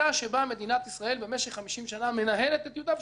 מדינת ישראל משך חמישים מנהלת את יהודה ושומרון.